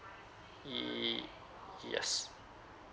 ye~ yes